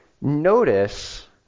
Notice